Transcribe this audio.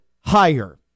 higher